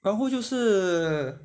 然后就是